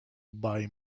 buy